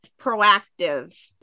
proactive